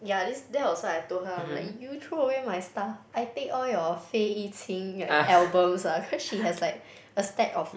ya this that was what I told her like you throw away my stuff I take all your Fei-Yu-Qin right albums ah cause she has like a stack of